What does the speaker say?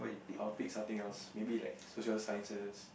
I'll pick something else maybe like social sciences